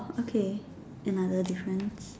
okay another difference